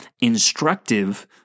instructive